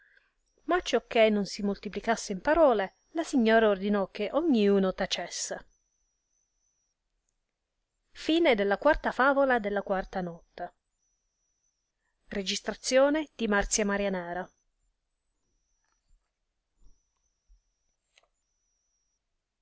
ma acciochè non si moltiplicasse in parole la signora ordinò che ogni uno tacesse e voltato il viso verso a